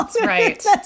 Right